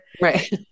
Right